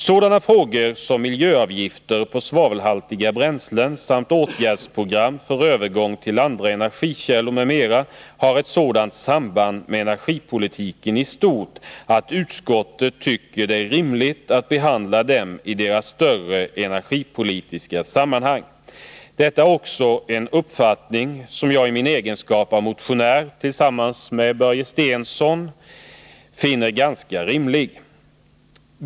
Sådana frågor som miljöavgifter på svavelhaltiga bränslen samt åtgärdsprogram för övergång till andra energikällor m.m. har ett sådant samband med energipolitiken i stort att utskottet tycker det är rimligt att behandla dem i deras större energipolitiska sammanhang. Detta är också en uppfattning som jag i min egenskap av motionär tillsammans med Börje Stensson finner ganska rimlig.